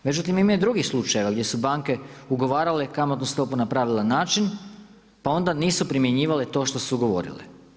Međutim, ima i drugih slučajeva gdje su banke ugovarale kamatnu stopu na pravilan način pa onda nisu primjenjivale to što su govorile.